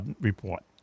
report